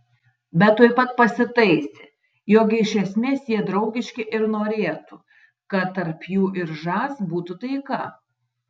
bet tuoj pat pasitaisė jog iš esmės jie draugiški ir norėtų kad tarp jų ir žas būtų taika